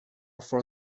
four